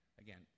again